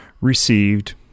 received